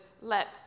let